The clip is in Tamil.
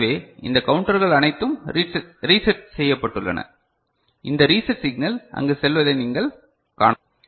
எனவே இந்த கவுண்டர்கள் அனைத்தும் ரீசெட் செய்யப்பட்டுள்ளன இந்த ரீசெட் சிக்னல் அங்கு செல்வதை நீங்கள் காணலாம்